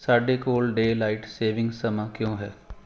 ਸਾਡੇ ਕੋਲ daylight saving ਸਮਾਂ ਕਿਉਂ ਹੈ